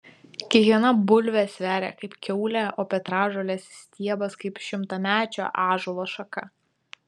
kiekviena bulvė sveria kaip kiaulė o petražolės stiebas kaip šimtamečio ąžuolo šaka